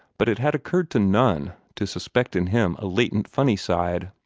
but it had occurred to none to suspect in him a latent funny side.